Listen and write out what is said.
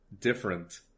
different